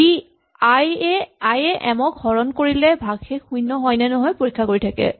ই আই এ এম ক হৰণ কৰিলে ভাগশেষ শূণ্য হয় নে নহয় পৰীক্ষা কৰি থাকে